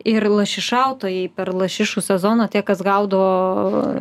ir lašišautojai per lašišų sezoną tie kas gaudo